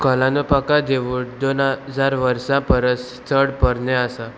कॉलानुपाका देवूळ दोन हजार वर्सां परस चड पोरनें आसा